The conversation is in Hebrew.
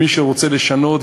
מי שרוצה לשנות,